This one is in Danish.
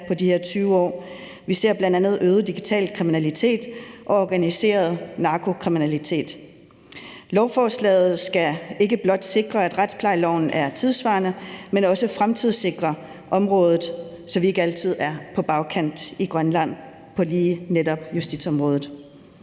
på de her 20 år. Vi ser bl.a. øget digital kriminalitet og organiseret narkokriminalitet. Lovforslaget skal ikke blot sikre, at retsplejeloven er tidssvarende, men også fremtidssikre området, så vi ikke altid er på bagkant i Grønland på lige netop justitsområdet.